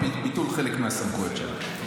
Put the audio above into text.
או ביטול חלק מהסמכויות שלה.